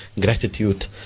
gratitude